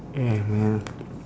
yeah man